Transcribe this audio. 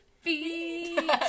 feet